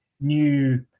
new